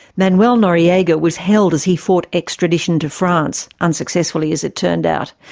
manuel noriega was held as he fought extradition to france, unsuccessfully as it turned out.